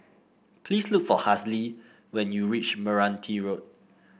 please look for Hazle when you reach Meranti Road